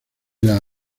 las